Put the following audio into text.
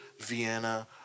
Vienna